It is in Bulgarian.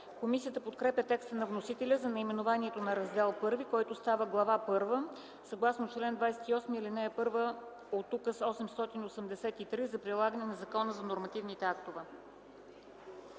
Комисията подкрепя текста на вносителя за наименованието на Раздел І, който става Глава първа съгласно чл. 28, ал. 1 от Указ № 883 за прилагане на Закона за нормативните актове.